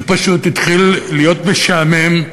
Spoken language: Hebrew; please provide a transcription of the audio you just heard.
זה פשוט התחיל להיות משעמם,